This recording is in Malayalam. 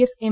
S M